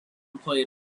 played